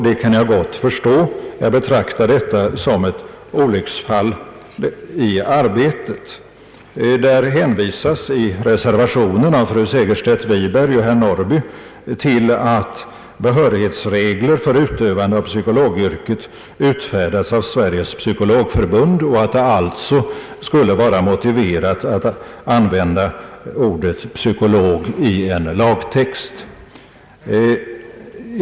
Det kan jag gott förstå. Jag betraktar yrkandet såsom ett olycksfall i arbetet. I reservationen av fru Segerstedt Wiberg och herr Norrby hänvisas till att »behörighetsregler för utövande av psykologyrket utfärdats av Sveriges Psykologförbund». Det skulle därför vara motiverat att använda ordet psykolog i en lagtext.